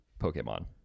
Pokemon